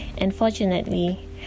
Unfortunately